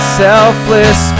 selfless